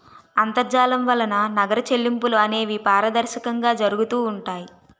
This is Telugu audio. అంతర్జాలం వలన నగర చెల్లింపులు అనేవి పారదర్శకంగా జరుగుతూ ఉంటాయి